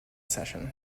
session